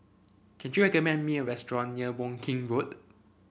can you recommend me a restaurant near Woking Road